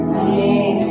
amen